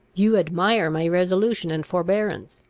you admire my resolution and forbearance.